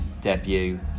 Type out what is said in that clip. debut